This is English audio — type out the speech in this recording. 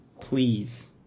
please